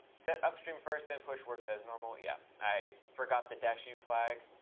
set upstream first then push works as normal? yeah, i forgot the dash u flag.